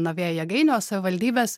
nuo vėjo jėgainių o savivaldybės